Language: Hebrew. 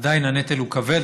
עדיין הנטל הוא כבד.